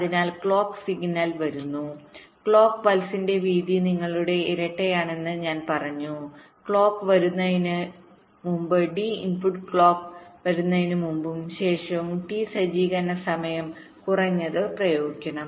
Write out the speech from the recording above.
അതിനാൽ ക്ലോക്ക് സിഗ്നൽവരുന്നു ക്ലോക്ക് പൾസിന്റെ വീതി നിങ്ങളുടെ ഇരട്ടയാണെന്ന് ഞാൻ പറഞ്ഞു ക്ലോക്ക് വരുന്നതിനുമുമ്പ് ഡി ഇൻപുട്ട് ക്ലോക്ക് വരുന്നതിന് മുമ്പും ശേഷവും ടി സജ്ജീകരണ സമയംകുറഞ്ഞത് പ്രയോഗിക്കണം